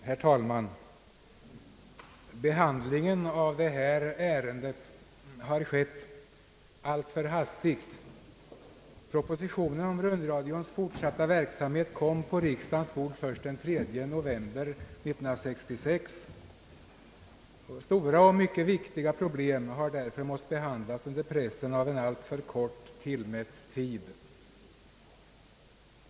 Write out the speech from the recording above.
Herr talman! Behandlingen av det nu föreliggande ärendet har skett alltför hastigt. Propositionen om rundradions fortsatta verksamhet kom på riksdagens bord först den 3 november 1966. Stora och mycket viktiga problem har därför måst behandlas under pressen av en alltför kort tillmätt tid.